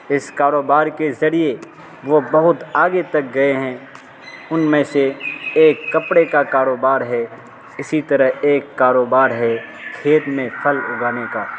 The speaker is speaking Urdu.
اس کاروبار کے ذریعے وہ بہت آگے تک گئے ہیں ان میں سے ایک کپڑے کا کاروبار ہے اسی طرح ایک کاروبار ہے کھیت میں پھل اگانے کا